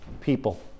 people